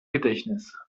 gedächtnis